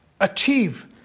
achieve